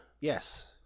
Yes